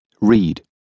Read